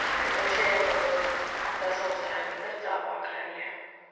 आनी असे हे बदल आतां संवसारा भितर जावपाक लागल्या